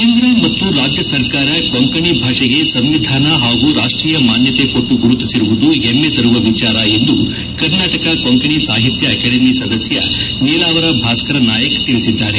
ಕೇಂದ್ರ ಮತ್ತು ರಾಜ್ಯ ಸರ್ಕಾರ ಕೊಂಕಣಿ ಭಾಷೆಗೆ ಸಂವಿಧಾನ ಹಾಗೂ ರಾಷ್ಟೀಯ ಮಾನ್ಯತೆ ಕೊಟ್ಟು ಗುರುತಿಸಿರುವುದು ಹೆಮ್ಮೆ ತರುವ ವಿಚಾರ ಎಂದು ಕರ್ನಾಟಕ ಕೊಂಕಣಿ ಸಾಹಿತ್ಯ ಅಕಾಡೆಮಿ ಸದಸ್ಯ ನೀಲಾವರ ಭಾಸ್ಕರ್ ನಾಯಕ್ ತಿಳಿಸಿದ್ದಾರೆ